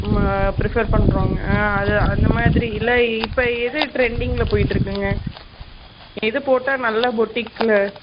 prefer பண்ணுறோங்க ஆ அது அந்த மாதிரி இல்லை இப்போ எது ட்ரெண்டிங்கில் போய்கிட்டு இருக்குங்க எதுப் போட்டால் நல்ல பொட்டிக்கில்